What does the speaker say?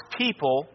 people